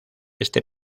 este